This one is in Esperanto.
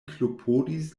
klopodis